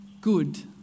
good